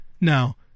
Now